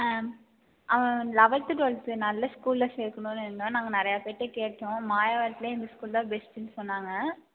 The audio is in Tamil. அவன் லெவல்த்து டுவல்த்து நல்ல ஸ்கூலில் சேர்க்குனும்னு இருந்தோ நாங்கள் நிறையா பேர்கிட்ட கேட்டோ மாயவரத்துலையே இந்த ஸ்கூல் தான் பெஸ்ட்டுன்னு சொன்னாங்க